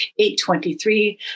823